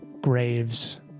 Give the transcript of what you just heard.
graves